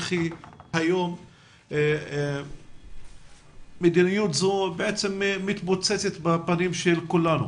אך המדיניות הזו מתפוצצת בפנים של כולנו